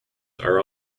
are